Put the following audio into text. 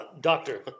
Doctor